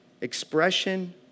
expression